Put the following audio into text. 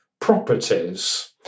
properties